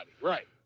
Right